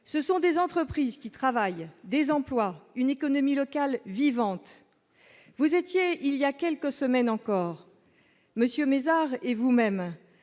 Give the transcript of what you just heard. ce sont des entreprises qui travaillent, des emplois, une économie locale vivante, vous étiez il y a quelques semaines encore, monsieur Maizar et vous-même